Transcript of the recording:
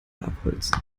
abholzen